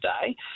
today